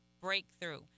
breakthrough